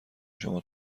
شما